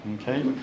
Okay